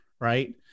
Right